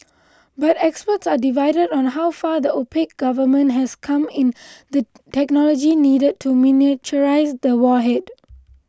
but experts are divided on how far the opaque government has come in the technology needed to miniaturise the warhead